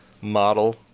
model